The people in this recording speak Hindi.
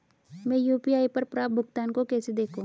मैं यू.पी.आई पर प्राप्त भुगतान को कैसे देखूं?